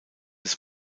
des